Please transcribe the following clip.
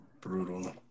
brutal